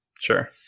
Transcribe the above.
sure